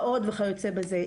ועוד כיוצא בזה.